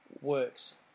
works